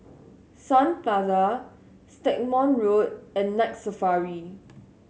Sun Plaza Stagmont Road and Night Safari